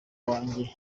wanjye